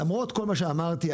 למרות כל מה שאמרתי,